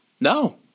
No